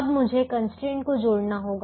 अब मुझे कंस्ट्रेंट को जोड़ना होगा